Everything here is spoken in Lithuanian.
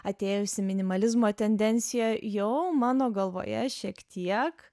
atėjusi minimalizmo tendencija jau mano galvoje šiek tiek